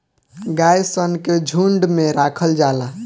गाय सन के झुंड में राखल जाला